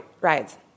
rides